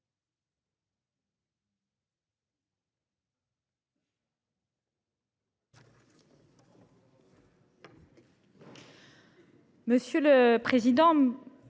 Monsieur le président,